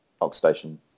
oxidation